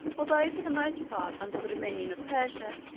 although for the most part under the dominion of persia,